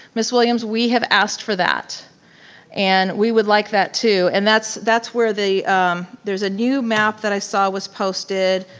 ms. williams, we have asked for that and we would like that too and that's that's where there's a new map that i saw was posted.